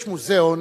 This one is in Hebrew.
יש מוזיאון